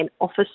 office